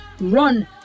run